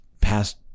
past